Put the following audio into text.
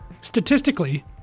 statistically